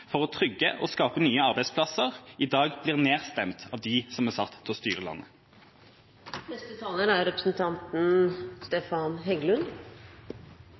for å trygge og skape nye arbeidsplasser, i dag blir nedstemt av dem som er satt til å styre